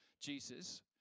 Jesus